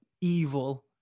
evil